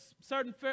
certain